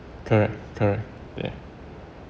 correct correct yea